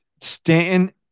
Stanton